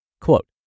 Quote